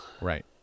Right